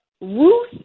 Ruth